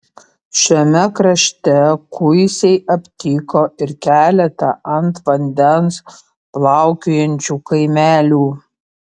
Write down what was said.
šiame krašte kuisiai aptiko ir keletą ant vandens plaukiojančių kaimelių